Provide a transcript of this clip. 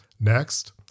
Next